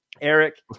Eric